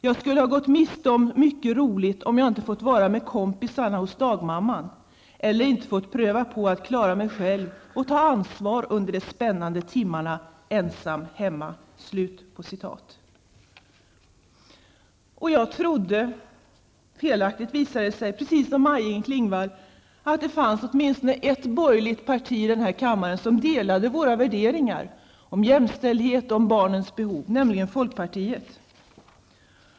Jag skulle ha gått miste om mycket roligt om jag inte fått vara med kompisarna hos dagmamman, eller inte fått pröva på att klara mig själv och ta ansvar under de spännande timmarna ensam hemma.'' Jag trodde -- felaktigt, visade det sig -- precis som Maj-Inger Klingvall att det fanns åtminstone ett borgerligt parti i den här kammaren som delade våra värderingar om jämställdhet och om barnens behov, nämligen folkpartiet.